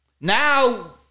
Now